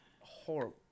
Horrible